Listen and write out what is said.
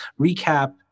recap